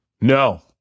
No